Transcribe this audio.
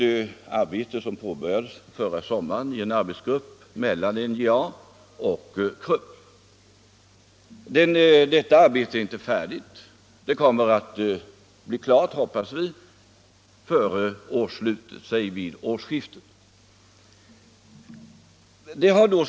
Detta var också någonting som en arbetsgrupp mellan NJA och Krupp började utreda förra sommaren. Det arbetet är inte färdigt ännu, men vi hoppas att det skall bli klart vid årsskiftet.